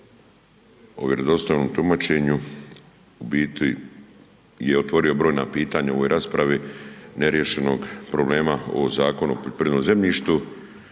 o vjerodostojnom tumačenju u biti je otvorio brojna pitanja u ovoj raspravi neriješenog problema o Zakonu o poljoprivrednom